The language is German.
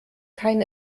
kein